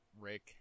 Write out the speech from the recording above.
Rick